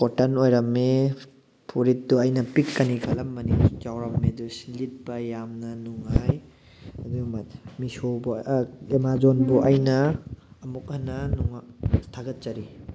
cotton ꯑꯣꯏꯔꯝꯃꯤ ꯐꯨꯔꯤꯠꯇꯨ ꯑꯩꯅ ꯄꯤꯛꯀꯅꯤ ꯈꯜꯂꯝꯕꯅꯤ ꯆꯥꯎꯔꯝꯃꯦ ꯑꯗꯨꯁꯨ ꯂꯤꯠꯄ ꯌꯥꯝꯅ ꯅꯨꯡꯉꯥꯏ ꯑꯗꯨꯝꯃ ꯃꯤꯁꯣꯕꯨ ꯑꯦꯃꯥꯖꯣꯟꯕꯨ ꯑꯩꯅ ꯑꯃꯨꯛꯀꯍꯟꯅ ꯊꯥꯒꯠꯆꯔꯤ